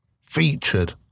featured